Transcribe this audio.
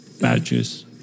badges